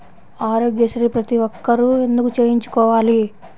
ఆరోగ్యశ్రీ ప్రతి ఒక్కరూ ఎందుకు చేయించుకోవాలి?